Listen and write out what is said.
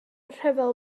rhyfel